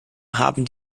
haben